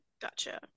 Gotcha